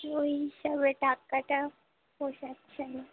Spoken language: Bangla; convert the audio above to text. ওই হিসাবে টাকাটা পোষাচ্ছে না